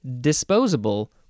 disposable